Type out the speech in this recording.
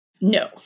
No